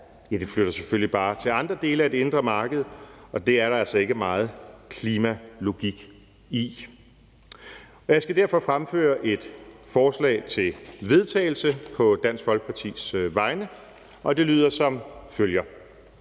Ja, den flytter selvfølgelig bare til andre dele af det indre marked, og det er der altså ikke meget klimalogik i. Jeg skal derfor fremføre et forslag til vedtagelse på Dansk Folkepartis vegne, og det lyder som følger: